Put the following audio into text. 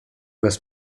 bez